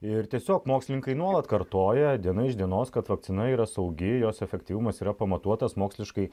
ir tiesiog mokslininkai nuolat kartoja diena iš dienos kad vakcina yra saugi jos efektyvumas yra pamatuotas moksliškai